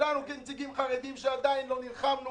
שלנו כנציגים חרדים שעדיין לא נלחמנו